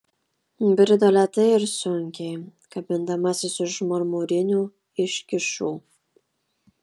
brido lėtai ir sunkiai kabindamasis už marmurinių iškyšų